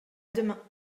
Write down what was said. demain